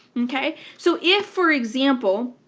okay. so if, for example,